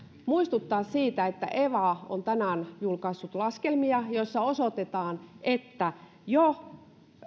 muistuttaa siitä että eva on tänään julkaissut laskelmia joissa osoitetaan että jo